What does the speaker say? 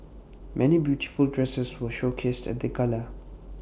many beautiful dresses were showcased at the gala